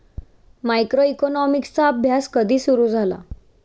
मायक्रोइकॉनॉमिक्सचा अभ्यास कधी सुरु झाला?